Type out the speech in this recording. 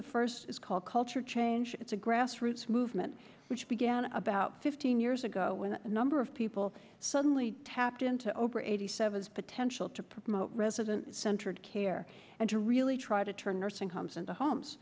the first is called culture change it's a grassroots movement which began about fifteen years ago when a number of people suddenly tapped into over eighty seven's potential to promote resident centered care and to really try to turn or sink comes into homes